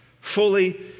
fully